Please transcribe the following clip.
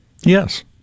Yes